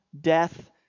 death